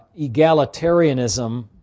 egalitarianism